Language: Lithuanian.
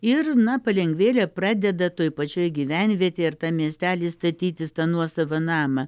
ir na palengvėle pradeda toj pačioj gyvenvietėj ir tam miestely statytis nuosavą namą